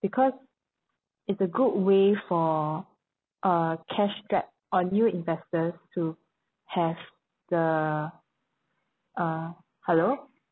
because it's a good way for uh cash strapped or new investors to have the uh hello